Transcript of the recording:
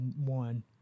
one